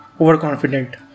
overconfident